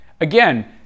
again